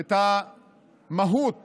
את המהות